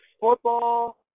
football